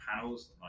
panels